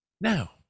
now